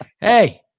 Hey